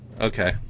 okay